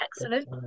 excellent